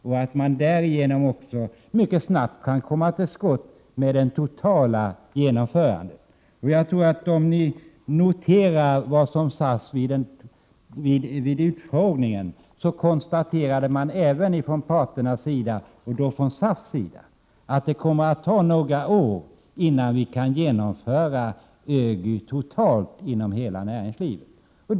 Därigenom kan man också mycket snabbt komma till skott med det totala genomförandet. Vid utfrågningen konstaterades från parternas sida, även SAF:s sida, att det kommer att ta några år innan vi kan genomföra ÖGY totalt inom hela näringslivet.